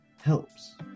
helps